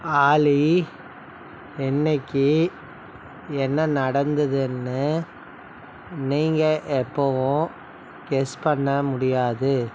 ஆலி இன்றைக்கி என்ன நடந்ததுன்னு நீங்கள் எப்பவும் கெஸ் பண்ண முடியாது